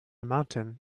mountain